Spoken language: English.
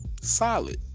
solid